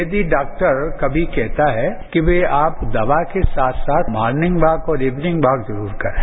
यदि डॉक्टर कभी कहता है कि भई आप दवा के साथ साथ मार्निंग वॉक और इवनिंग वॉक जरूर करें